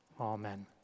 Amen